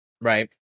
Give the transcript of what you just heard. Right